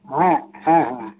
ᱦᱮᱸ ᱦᱮᱸ ᱦᱮᱸ